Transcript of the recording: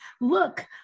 look